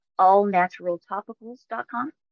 allnaturaltopicals.com